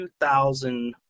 2000